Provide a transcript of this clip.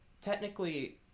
technically